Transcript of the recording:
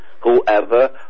Whoever